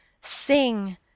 sing